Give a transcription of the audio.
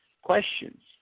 questions